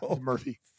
murphy